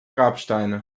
grabsteine